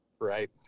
Right